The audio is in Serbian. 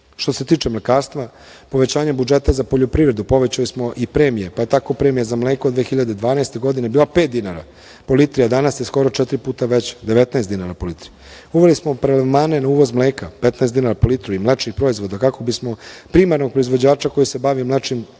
se tiče mlekarstva, povećanjem budžeta za poljoprivredu povećali smo i premije, pa je tako premija za mleko 2012. godine bila pet dinara po litri, a danas je skoro četiri puta veća, 19 dinara po litri. Uveli smo prelevmane na uvoz mleka, 15 dinara po litru i mlečnih proizvoda kako bismo primarnog proizvođača koji se bavi mlečnim